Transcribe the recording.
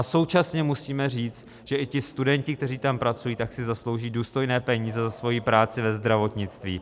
Současně musíme říct, že i ti studenti, kteří tam pracují, si zaslouží důstojné peníze za svoji práci ve zdravotnictví.